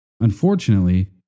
Unfortunately